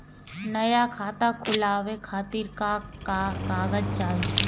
नया खाता खुलवाए खातिर का का कागज चाहीं?